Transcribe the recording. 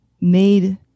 made